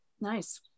Nice